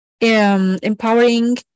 empowering